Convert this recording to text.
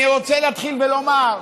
אני רוצה להתחיל ולומר,